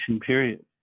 period